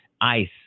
ice